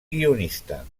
guionista